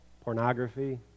pornography